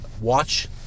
watch